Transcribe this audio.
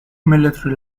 military